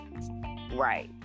Right